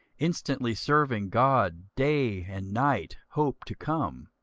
instantly serving god day and night, hope to come.